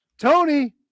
Tony